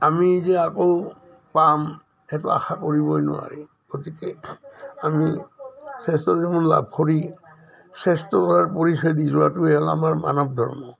আমি যে আকৌ পাম সেইটো আশা কৰিবই নোৱাৰি গতিকে আমি শ্ৰেষ্ঠ জীৱন লাভ কৰি শ্ৰেষ্ঠতাৰ পৰিচয় দি যোৱাটোৱে হ'ল আমাৰ মানৱ ধৰ্ম